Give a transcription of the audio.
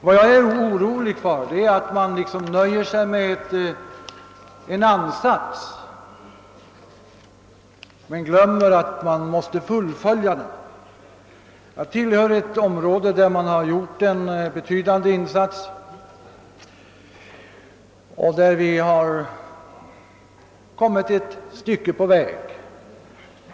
Vad jag är orolig för är att man nöjer sig med en ansats och glömmer att man måste fullfölja den. Jag tillhör ett område där vi genom de betydande insatser som gjorts kommit ett gott stycke på väg.